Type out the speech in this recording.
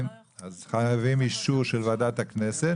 חייבים אישור של ועדת הכנסת,